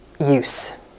use